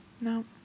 No